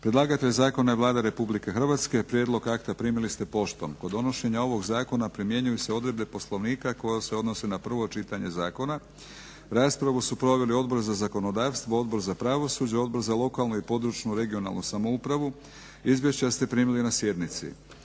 Predlagatelj zakona je Vlada Republike Hrvatske. Prijedlog akta primili ste poštom. Od donošenja ovog zakona primjenjuju se odredbe Poslovnika koje se odnose na prvo čitanje zakona. Raspravu su proveli Odbor za zakonodavstvo, Odbor za pravosuđe, Odbor za lokalnu i područnu (regionalnu) samoupravu. Izvješća ste primili na sjednici.